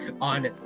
on